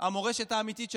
המורשת האמיתית שלך.